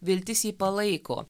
viltis jį palaiko